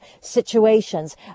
situations